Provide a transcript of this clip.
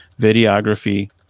videography